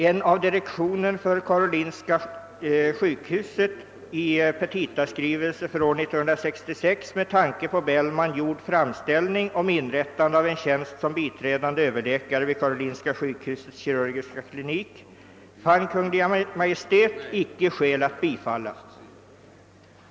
»En av direktionen för Karolinska sjukhuset i petitaskrivelse för år 1966 med tanke på Bellman gjord framställning om inrättande av en tjänst som biträdande överläkare vid Karolinska sjukhusets kirurgiska klinik fann Kungl. Maj:t icke skäl att bifalla.